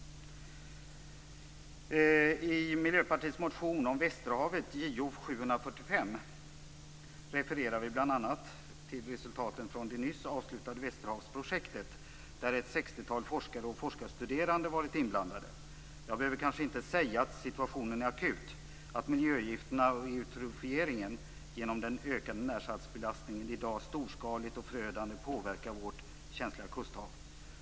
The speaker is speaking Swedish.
Jag behöver kanske inte säga att situationen är akut, att miljögifterna och eutrofieringen genom den ökade närsaltsbelastningen i dag storskaligt och förödande påverkar vårt känsliga kusthav.